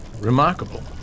Remarkable